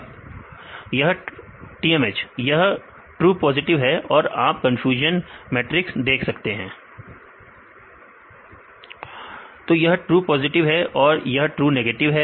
विद्यार्थी TMH TMH यह true positive है और आप कन्फ्यूजन मैट्रिक्स देख सकते हैं तो यह ट्रू पॉजिटिव है और यह ट्रू नेगेटिव